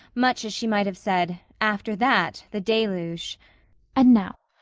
much as she might have said, after that the deluge. and now,